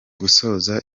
gusoza